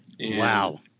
Wow